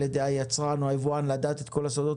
ידי היצרן או היבואן לדעת את כל הסודות.